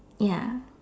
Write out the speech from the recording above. ya